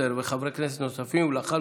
192, 199,